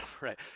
Right